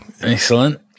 Excellent